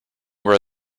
where